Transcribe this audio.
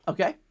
Okay